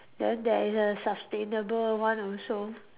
then there is a sustainable one also